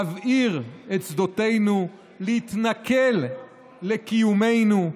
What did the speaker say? להבעיר את שדותינו, להתנכל לקיומנו,